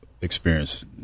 experience